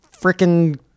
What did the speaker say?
freaking